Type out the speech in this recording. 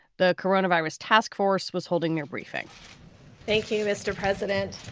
the coronavirus task force was holding your briefing thank you, mr. president.